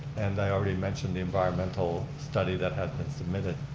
and i already mentioned the environmental study that had been submitted.